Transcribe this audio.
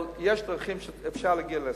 אבל יש דרכים שאפשר להגיע להסכמה.